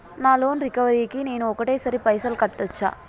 నా loan recovery కి నేను ఒకటేసరి పైసల్ కట్టొచ్చా?